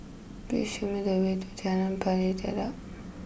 please show me the way to Jalan Pari Dedap